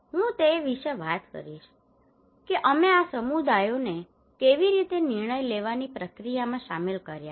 હું તે વિશે વાત કરીશ કે અમે આ સમુદાયોને કેવી રીતે આ નિર્ણય લેવાની પ્રક્રિયામાં સામેલ કર્યા છે